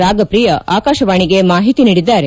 ರಾಗಪ್ರಿಯಾ ಆಕಾಶವಾಣಿಗೆ ಮಾಹಿತಿ ನೀಡಿದ್ದಾರೆ